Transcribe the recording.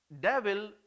devil